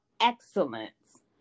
excellence